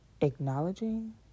acknowledging